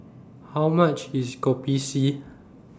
How much IS Kopi C